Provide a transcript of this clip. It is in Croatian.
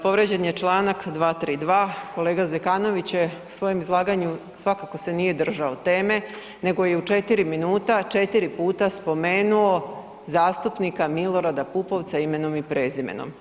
Povrijeđen je čl. 232., kolega Zekanović je u svojem izlaganju, svakako se nije držao teme nego je u 4 minuta 4 puta spomenuo zastupnika Milorada Pupovca imenom i prezimenom.